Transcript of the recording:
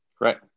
Right